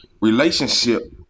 relationship